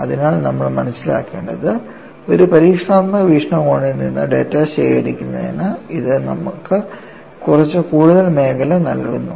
അതിനാൽ നമ്മൾ മനസിലാക്കേണ്ടത് ഒരു പരീക്ഷണാത്മക വീക്ഷണകോണിൽ നിന്ന് ഡാറ്റ ശേഖരിക്കുന്നതിന് ഇത് നമുക്ക് കുറച്ച് കൂടുതൽ മേഖല നൽകുന്നു